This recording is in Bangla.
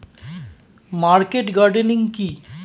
মার্কেট গার্ডেনিং কি?